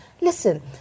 Listen